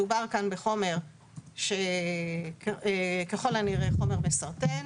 מדובר כאן בחומר שככל הנראה חומר מסרטן,